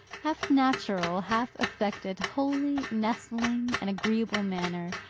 half-natural, half-affected, wholly nestling and agreeable manner,